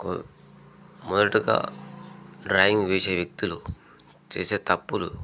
కొ మొదటగా డ్రాయింగ్ వేసే వ్యక్తులు చేసే తప్పులు